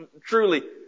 truly